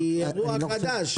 היא אירוע חדש.